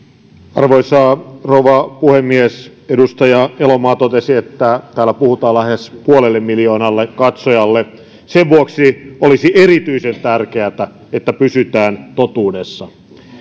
arvoisa rouva puhemies edustaja elomaa totesi että täällä puhutaan lähes puolelle miljoonalle katsojalle sen vuoksi olisi erityisen tärkeätä että pysytään totuudessa